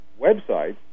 websites